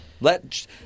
Let